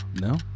No